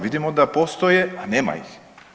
Vidimo da postoje, a nema ih.